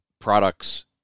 products